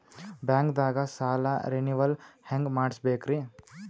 ಬ್ಯಾಂಕ್ದಾಗ ಸಾಲ ರೇನೆವಲ್ ಹೆಂಗ್ ಮಾಡ್ಸಬೇಕರಿ?